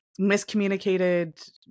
miscommunicated